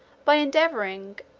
by endeavouring,